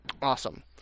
Awesome